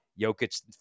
Jokic